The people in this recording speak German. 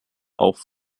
auch